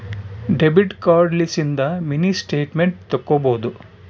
debit card ಲಿಸಿಂದ mini statement ತಕ್ಕೊಬೊದು